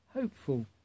hopeful